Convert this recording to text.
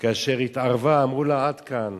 כאשר התערבה, אמרו לה, עד כאן,